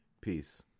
Peace